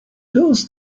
those